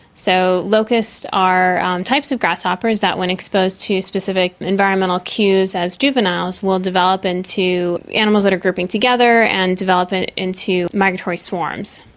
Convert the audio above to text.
so locusts are um types of grasshoppers that when exposed to specific environmental cues as juveniles will develop into animals that are grouping together and develop into migratory swarms.